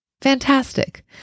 Fantastic